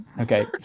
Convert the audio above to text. okay